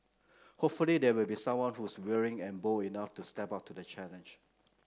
hopefully there will be someone who's willing and bold enough to step up to the challenge